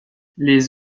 les